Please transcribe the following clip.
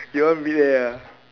you one mid air ah